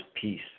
peace